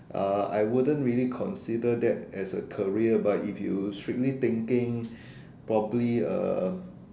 uh I wouldn't really consider that as a career but if you strictly thinking probably uh